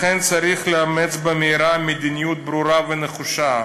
לכן, צריך לאמץ במהרה מדיניות ברורה ונחושה,